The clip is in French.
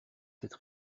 cette